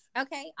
okay